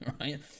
right